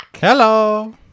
Hello